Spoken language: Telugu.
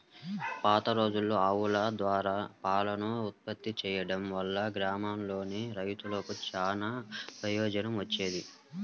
పాతరోజుల్లో ఆవుల ద్వారా పాలను ఉత్పత్తి చేయడం వల్ల గ్రామాల్లోని రైతులకు చానా ప్రయోజనం వచ్చేది